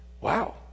Wow